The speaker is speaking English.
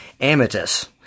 Amethyst